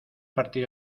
partir